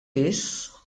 biss